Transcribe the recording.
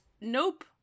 nope